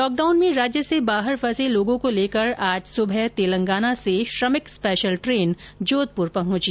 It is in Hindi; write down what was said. लॉकडाउन में राज्य से बाहर फंसे लोगों को लेकर आज सुबह तेलंगाना से श्रमिक स्पेशल ट्रेन जोधपुर पहुंची